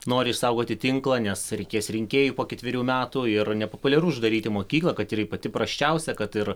nori išsaugoti tinklą nes reikės rinkėjų po ketverių metų ir nepopuliaru uždaryti mokyklą kad ir ji pati prasčiausia kad ir